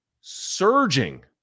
surging